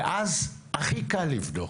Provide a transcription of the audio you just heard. ואז הכי קל לבדוק.